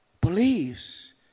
believes